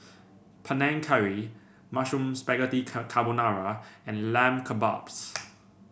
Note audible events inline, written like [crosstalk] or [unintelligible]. Panang Curry Mushroom Spaghetti [unintelligible] Carbonara and Lamb Kebabs [noise]